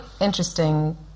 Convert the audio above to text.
interesting